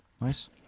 Nice